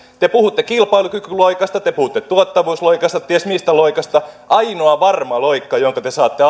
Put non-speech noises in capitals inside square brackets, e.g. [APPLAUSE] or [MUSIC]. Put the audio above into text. te puhutte kilpailukykyloikasta te puhutte tuottavuusloikasta ties mistä loikasta ainoa varma loikka jonka te saatte [UNINTELLIGIBLE]